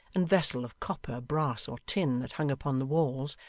and vessel of copper, brass, or tin that hung upon the walls,